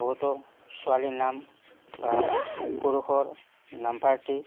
বহুতো ছোৱালীৰ নাম বা পুৰুষৰ নাম পাৰ্টি